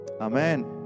Amen